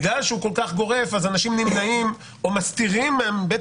בגלל שהוא כל כך גורף אנשים מסתירים מבית